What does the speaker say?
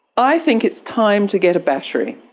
i think it's time to get a battery.